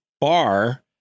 bar